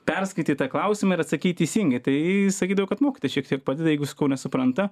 perskaitei tą klausimą ir atsakei teisingai tai sakydavo kad mokytoja šiek tiek padeda jeigu sakau nesupranta